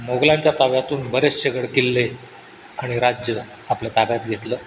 मोगलांच्या ताब्यातून बरेचसे गडकिल्ले आणि राज्य आपल्या ताब्यात घेतलं